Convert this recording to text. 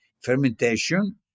fermentation